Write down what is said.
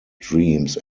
dreams